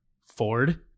Ford